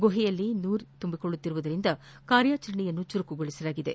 ಗುಹೆಯಲ್ಲಿ ನೀರು ತುಂಬಿಕೊಳ್ಟುತ್ತಿರುವುದರಿಂದ ಕಾರ್ಯಾಚರಣೆಯನ್ನು ಚುರುಕುಗೊಳಿಸಲಾಗಿದೆ